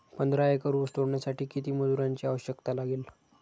पंधरा एकर ऊस तोडण्यासाठी किती मजुरांची आवश्यकता लागेल?